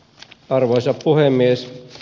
arvoisa puhemies